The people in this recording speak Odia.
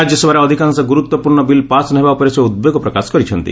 ରାଜ୍ୟସଭାରେ ଅଧିକାଂଶ ଗୁରୁତ୍ୱପୂର୍ଣ୍ଣ ବିଲ୍ ପାସ୍ ନ ହେବା ଉପରେ ସେ ଉଦ୍ବେଗ ପ୍ରକାଶ କରିଛନ୍ତି